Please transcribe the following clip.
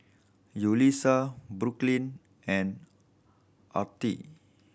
Yulissa Brooklyn and Artie